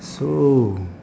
so